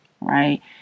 right